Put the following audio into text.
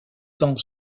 tant